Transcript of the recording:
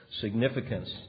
significance